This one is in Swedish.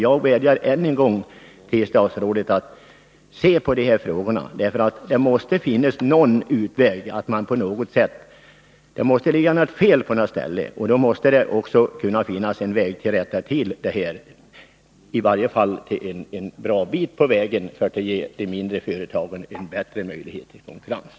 Jag vädjar än en gång till statsrådet att se på de här frågorna. Det måste finnas någon utväg. Det måste finnas ett fel någonstans, och då måste det också finnas en möjlighet att rätta till detta fel och därmed komma en bra bit på vägen att ge de mindre företagen bättre möjligheter att konkurrera.